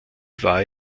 war